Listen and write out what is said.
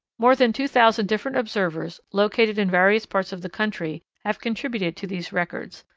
more than two thousand different observers located in various parts of the country have contributed to these records,